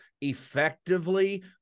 effectively